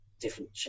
different